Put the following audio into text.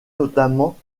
notamment